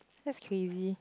that's crazy